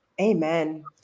Amen